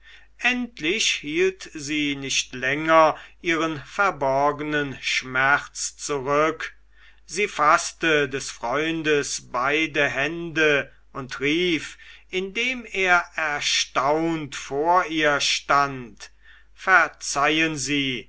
endlich hielt sie nicht länger ihren verborgnen schmerz zurück sie faßte des freundes beide hände und rief indem er erstaunt vor ihr stand verzeihen sie